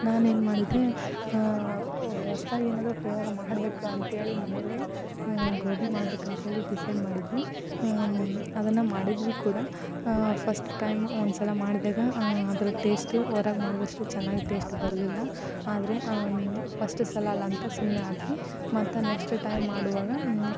ನಾನೇನು ಮಾಡಿದೆ ಹೊಸ್ದಾಗಿ ಏನಾದರೂ ಪ್ರಯೋಗ ಮಾಡಬೇಕು ಅಂಥೇಳಿ ಮನೇಲೆ ಗೋಬಿ ಮಾಡಬೇಕಂಥೇಳಿ ಡಿಸೈಡ್ ಮಾಡಿದ್ವಿ ಅದನ್ನು ಮಾಡಿದ್ವಿ ಕೂಡ ಫಸ್ಟ್ ಟೈಮ್ ಒಂದ್ಸಲ ಮಾಡಿದಾಗ ಅದರ ಟೇಸ್ಟ್ ಹೊರಗೆ ಮಾಡಿದಷ್ಟು ಚೆನ್ನಾಗಿ ಟೇಸ್ಟ್ ಬರಲಿಲ್ಲ ಆದರೆ ಫಸ್ಟ್ ಸಲ ಅಲ್ಲ ಅಂತ ಸುಮ್ಮನೆ ಆದ್ವಿ ಮತ್ತು ನೆಕ್ಸ್ಟ್ ಟೈಮ್ ಮಾಡುವಾಗ